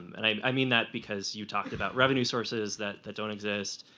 and i mean that because you talked about revenue sources that that don't exist.